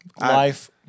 Life